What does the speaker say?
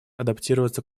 адаптироваться